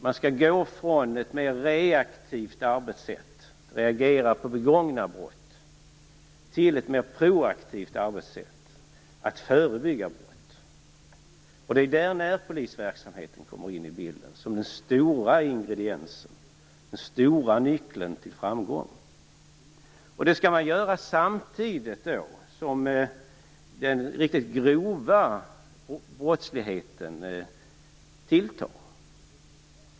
Man skall gå från ett mer reaktivt arbetssätt, dvs. att reagera på begångna brott, till ett mer proaktivt arbetssätt, dvs. att förebygga brott. Det är här närpolisverksamheten kommer in i bilden som den stora ingrediensen och den stora nyckeln till framgång. Detta skall göras samtidigt som den riktigt grova brottsligheten tilltar.